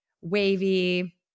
Wavy